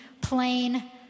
plain